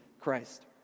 Christ